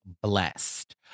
blessed